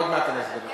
עוד מעט אני אסביר לך.